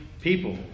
people